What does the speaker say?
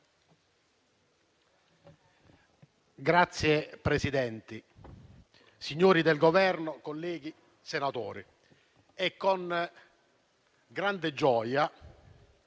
Signor Presidente, signori del Governo, colleghi senatori, è con grande gioia